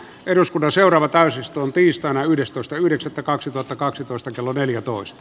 eduskunnan seuraava täysistunnon tiistaina yhdestoista yhdeksättä kaksituhattakaksitoista kello neljätoista